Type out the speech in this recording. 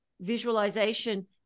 visualization